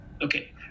Okay